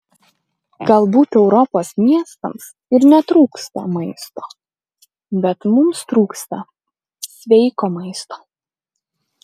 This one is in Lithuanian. galbūt europos miestams ir netrūksta maisto bet mums trūksta sveiko maisto